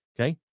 Okay